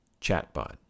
Chatbot